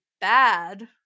Bad